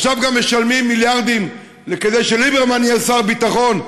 עכשיו גם משלמים מיליארדים כדי שליברמן יהיה שר ביטחון,